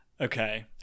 okay